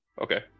Okay